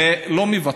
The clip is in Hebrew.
ולא מבטלים.